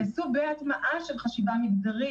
והם ייצאו בהטמעה של חשיבה מגדרית.